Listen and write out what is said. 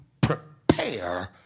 prepare